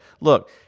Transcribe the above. look